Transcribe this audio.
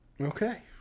Okay